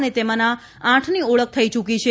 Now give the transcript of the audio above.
અને તેમાંના આઠની ઓળખ થઇ ચૂકી છે